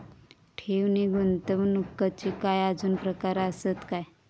ठेव नी गुंतवणूकचे काय आजुन प्रकार आसत काय?